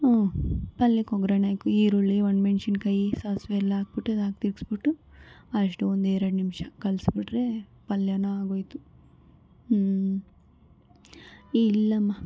ಹ್ಞೂ ಪಲ್ಯಕ್ಕೆ ಒಗ್ಗರ್ಣೆ ಹಾಕು ಈರುಳ್ಳಿ ಒಣಮೆಣ್ಸಿನ್ಕಾಯಿ ಸಾಸಿವೆ ಎಲ್ಲ ಹಾಕ್ಬಿಟ್ಟು ಅದಾಕಿ ತಿರ್ಗಿಸ್ಬಿಟ್ಟು ಅಷ್ಟೊಂದು ಎರ್ಡು ನಿಮಿಷ ಕಲಿಸ್ಬಿಟ್ರೆ ಪಲ್ಯವೂ ಆಗೋಯ್ತು ಹ್ಞೂ ಇಲ್ಲಮ್ಮ